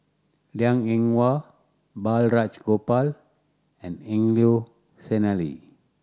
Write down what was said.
Liang Eng Hwa Balraj Gopal and Angelo Sanelli